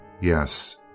Yes